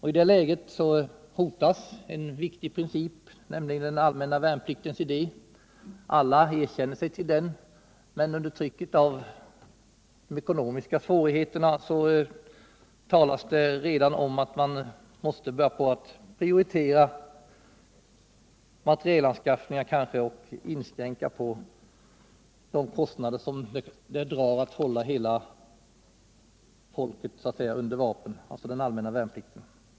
I det läget hotas en viktig princip, nämligen den allmänna värnpliktens idé. Alla erkänner sig till den, men under trycket av de ekonomiska svårigheterna talas det redan om att man kanske måste börja prioritera materielanskaffningar och inskränka de kostnader som det drar att så att säga hålla hela folket under vapen, dvs. den allmänna värnplikten.